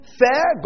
fair